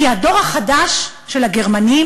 כי הדור החדש של הגרמנים